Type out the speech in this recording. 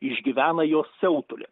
išgyvena jo siautulį